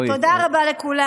תודה רבה לכולם.